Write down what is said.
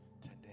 Today